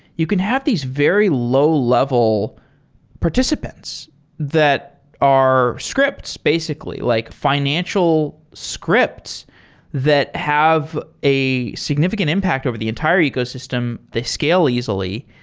you can have these very low level participants that are scripts, basically, like financial scripts that have a significant impact over the entire ecosystem. they scale easily.